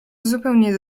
zupełnie